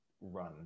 run